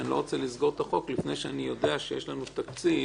לסגור את החוק לפני שאני יודע שיש לנו תקציב